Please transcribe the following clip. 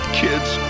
kids